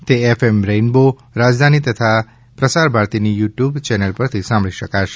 તે F M Rainbow Rajdhani તથા પ્રસાર ભારતીની યુ ટ્યૂબ ચેનલ પરથી સાંભળી શકાશે